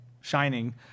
shining